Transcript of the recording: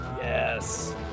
Yes